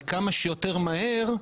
וכמה שיותר מהר,